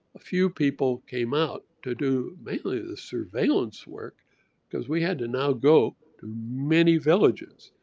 a few people came out to do mainly the surveillance work because we had to now go to many villages.